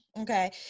Okay